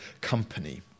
company